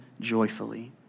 joyfully